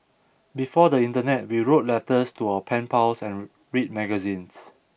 before the Internet we wrote letters to our pen pals and read magazines